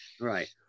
right